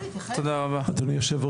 תודה רבה.